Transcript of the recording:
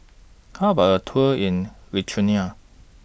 How about A Tour in Lithuania